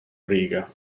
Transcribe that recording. riga